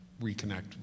reconnect